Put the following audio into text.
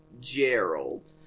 Gerald